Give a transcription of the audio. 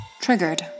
Triggered